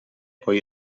poi